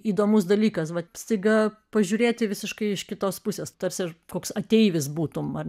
įdomus dalykas va staiga pažiūrėti visiškai iš kitos pusės tarsi koks ateivis būtum ar